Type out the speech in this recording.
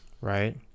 right